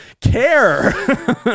care